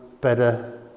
better